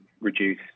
reduce